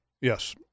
Yes